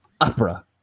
opera